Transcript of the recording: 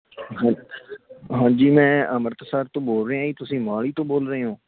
ਹਾਂਜੀ ਮੈਂ ਅੰਮ੍ਰਿਤਸਰ ਤੋਂ ਬੋਲ ਰਿਹਾ ਜੀ ਤੁਸੀਂ ਮੋਹਾਲੀ ਤੋਂ ਬੋਲ ਰਹੇ ਹੋ